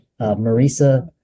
Marisa